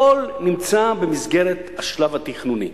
הכול נמצא במסגרת השלב התכנוני,